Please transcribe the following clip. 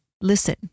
listen